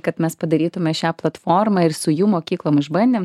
kad mes padarytume šią platformą ir su jų mokyklom išbandėm